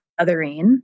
othering